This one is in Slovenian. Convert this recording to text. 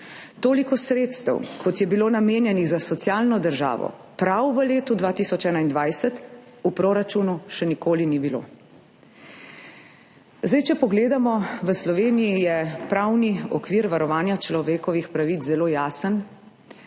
Toliko sredstev, kot je bilo namenjenih za socialno državo prav v letu 2021, v proračunu še nikoli ni bilo. Če pogledamo, v Sloveniji je pravni okvir varovanja človekovih pravic zelo jasen,